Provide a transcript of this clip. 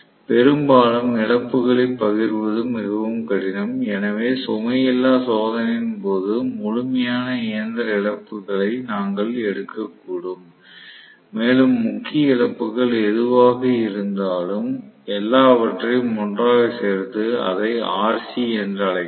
பெரும்பாலும் இழப்புகளை பகிர்வது மிகவும் கடினம் எனவே சுமை இல்லா சோதனையின் போது முழுமையான இயந்திர இழப்புகளை நாங்கள் எடுக்கக்கூடும் மேலும் முக்கிய இழப்புகள் எதுவாக இருந்தாலும் எல்லாவற்றையும் ஒன்றாக சேர்த்து அதை RC என்று அழைக்கலாம்